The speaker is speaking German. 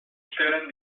stellen